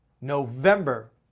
November